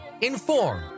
inform